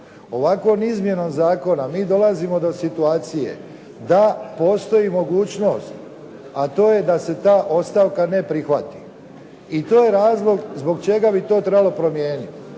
Ovakvom izmjenom zakona mi dolazimo do situacije da postoji mogućnost a to je da se ta ostavka ne prihvati i to je razlog zbog čega bi to trebalo promijeniti.